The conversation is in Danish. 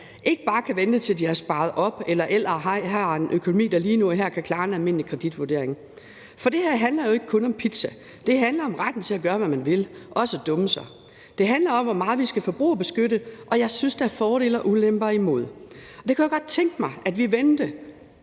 ikke bare kan vente, til de har sparet op, eller fordi de har en økonomi, der ikke lige nu og her kan klare en almindelig kreditvurdering. For det her handler jo ikke kun om pizza – det handler om retten til at gøre, hvad man vil, også at dumme sig. Det handler om, hvor meget vi skal forbrugerbeskytte, og jeg synes, der er både fordele og ulemper ved det, og det kunne jeg godt tænke mig at vi vendte